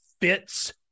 fits